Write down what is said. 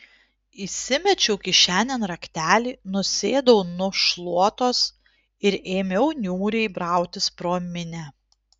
įsimečiau kišenėn raktelį nusėdau nu šluotos ir ėmiau niūriai brautis pro minią